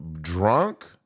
drunk